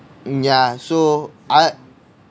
um yeah so I'll